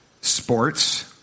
sports